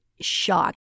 shocked